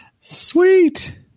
Sweet